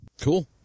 cool